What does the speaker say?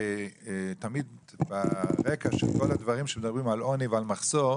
תמיד ברקע כשמדברים על עוני ועל מחסור,